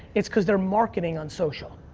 it's cuz they're marketing on social.